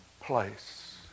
place